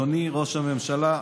אדוני ראש הממשלה,